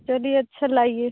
चलिए अच्छा लाइए